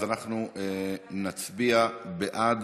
אז אנחנו נצביע בעד.